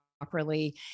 properly